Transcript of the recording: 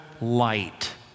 light